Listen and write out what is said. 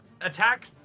Attack